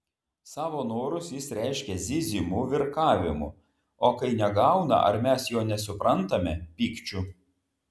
savo norus jis reiškia zyzimu virkavimu o kai negauna ar mes jo nesuprantame pykčiu